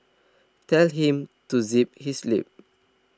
tell him to zip his lip